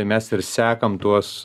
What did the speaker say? mes ir sekam tuos